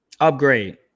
Upgrade